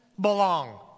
belong